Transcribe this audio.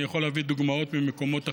אני יכול להביא דוגמאות ממקומות אחרים.